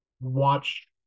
watch